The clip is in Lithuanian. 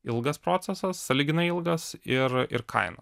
ilgas procesas sąlyginai ilgas ir ir kainą